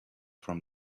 from